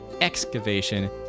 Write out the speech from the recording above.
Excavation